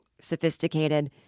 sophisticated